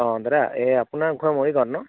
অ' দাদা এই আপোনাৰ ঘৰ মৰিগাঁৱত ন